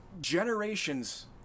Generations